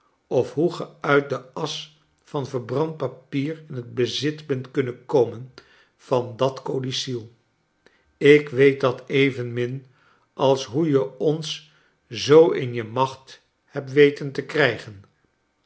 of hoe ge uit de asch van verbrand papier in het bezit bent kunnen komen van dat codicil ik weet dat evenmin als hoe je ons zoo in je niacht hebt we ten te krijgen